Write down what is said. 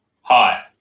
Hi